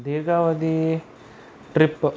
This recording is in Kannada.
ದೀರ್ಘಾವಧಿ ಟ್ರಿಪ್